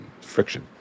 Friction